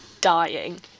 dying